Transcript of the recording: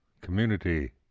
community